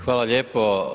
Hvala lijepo.